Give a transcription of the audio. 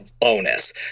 bonus